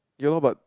you know but